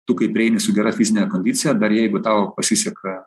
tu kai prieini su gera fizine kondicija dar jeigu tau pasiseka